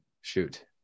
Shoot